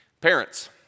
parents